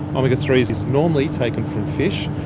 omega three is is normally taken from fish,